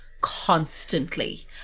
Constantly